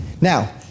Now